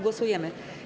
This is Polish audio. Głosujemy.